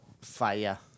Fire